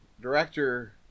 director